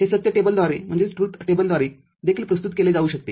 हे सत्य टेबलद्वारे देखील प्रस्तुत केले जाऊ शकते